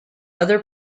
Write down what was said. other